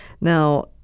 Now